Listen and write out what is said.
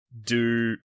do-